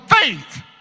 faith